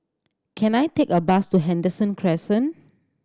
can I take a bus to Henderson Crescent